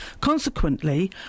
consequently